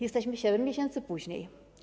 Jesteśmy 7 miesięcy później.